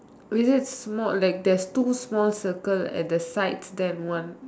is it small like there's two small circles at the side there